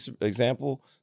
example